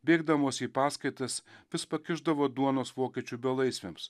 bėgdamos į paskaitas vis pakišdavo duonos vokiečių belaisviams